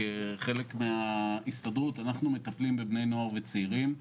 כחלק מההסתדרות אנחנו מטפלים בבני נוער וצעירים.